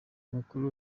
mukuru